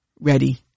ready